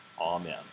Amen